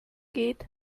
geht